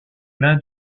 l’un